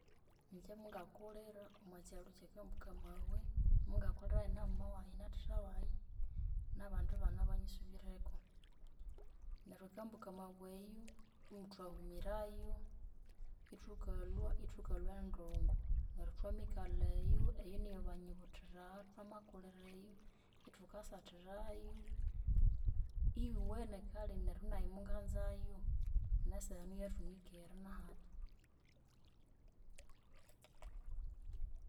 Ingye mungakulhira omwakyalhu kyekambuka mabwe. Munga kulhirayu namama wayi nathatha wayi nabandi bana abanyisubireku. Neryu ekambuka mabwe eyu muthwahumirayu ithukalwa ithukalwa endongo. Neryu thwamikalha eyu eyu niyobanyibuthira namakulhira eyu, ithukasathirayu. Iyuwene kalhi neryu nayi munganzayu nesehenu yathunikere nahatya